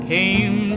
Came